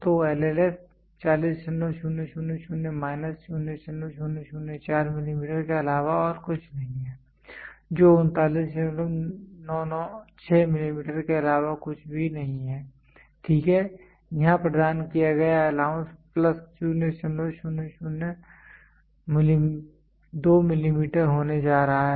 तो LLS 40000 minus 0004 millimetre के अलावा और कुछ नहीं है जो 39996 मिलीमीटर के अलावा कुछ भी नहीं है ठीक है यहां प्रदान किया गया अलाउंस प्लस 0002 मिलीमीटर होने जा रहा है